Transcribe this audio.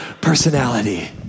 personality